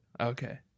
Okay